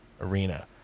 arena